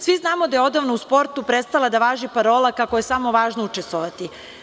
Svi znamo da je odavno u sportu prestala da važi parola kako je samo važno učestvovati.